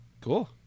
Cool